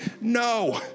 no